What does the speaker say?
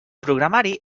programari